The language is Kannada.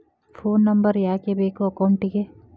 ಫೋನ್ ನಂಬರ್ ಯಾಕೆ ಬೇಕು ಅಕೌಂಟಿಗೆ?